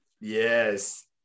Yes